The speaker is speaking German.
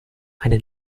eine